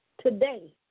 today